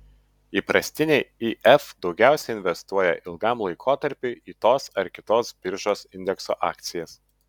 įprastiniai if daugiausiai investuoja ilgam laikotarpiui į tos ar kitos biržos indekso akcijas